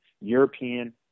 european